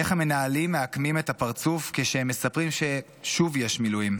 איך המנהלים מעקמים את הפרצוף כשהם מספרים ששוב יש מילואים,